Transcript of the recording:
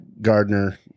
Gardner